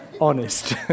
Honest